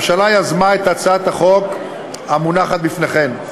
הממשלה יזמה את הצעת החוק המונחת בפניכם.